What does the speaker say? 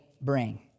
bring